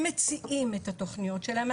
הם מציעים את התוכניות שלהם.